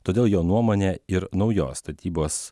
todėl jo nuomone ir naujos statybos